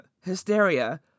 hysteria